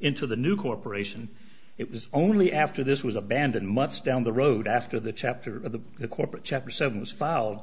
into the new corporation it was only after this was abandoned months down the road after the chapter of the corporate chapter seven was filed